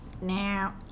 now